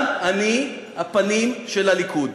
גם אני הפנים של הליכוד.